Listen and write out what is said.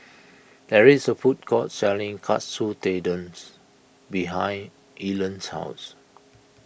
there is a food court selling Katsu Tendon's behind Erland's house